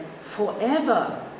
forever